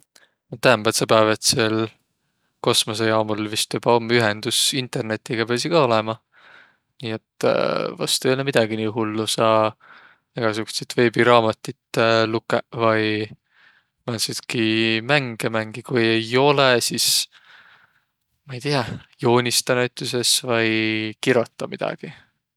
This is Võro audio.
Täämbädsepäävätsil kosmosõjaamul vist joba om ühendüs internetiga piäsiq ka olõma. Nii et vast ei olõq midägi nii hullu, saa egäsugutsit veebiraamatit lukõq vai määndsitki mänge mängiq. Kui ei olõq, sis ma ei tiiäq, joonistaq näütüses vai kirotaq midägi.